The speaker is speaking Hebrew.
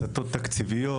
הסטות תקציביות.